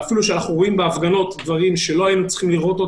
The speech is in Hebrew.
אפילו שאנחנו רואים בהפגנות דברים שלא היינו צריכים לראות,